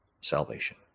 salvation